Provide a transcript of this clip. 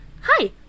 Hi